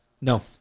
No